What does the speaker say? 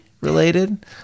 related